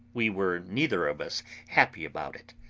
we were neither of us happy about it.